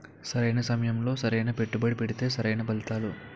సరైన సమయంలో సరైన పెట్టుబడి పెడితే సరైన ఫలితాలు